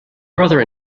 brother